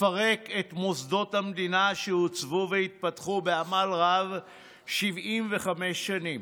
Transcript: לפרק את מוסדות המדינה שעוצבו והתפתחו בעמל רב 75 שנים.